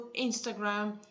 Instagram